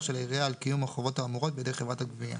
של העירייה על קיום החובות האמורות בידי חברת הגבייה.